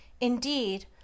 Indeed